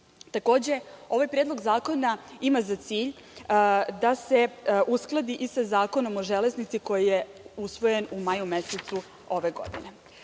Takođe, ovaj predlog zakona ima za cilj da se uskladi i sa Zakonom o železnici, koji je usvojen u maju mesecu ove godine. Što